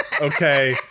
Okay